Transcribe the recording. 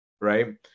right